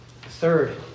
third